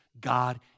God